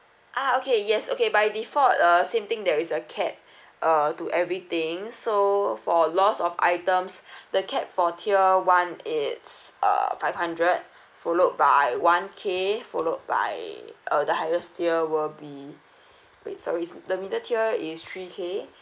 uh okay yes okay by default uh same thing there is a cap uh to everything so for loss of items the cap for tier one it's uh five hundred followed by one K followed by uh the highest tier will be wait sorry so the middle tier is three K